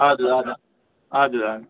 اَدٕ حظ اَدٕ اَدٕ حظ